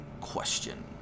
question